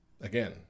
again